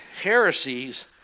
heresies